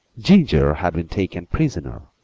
ginger had been taken prisoner,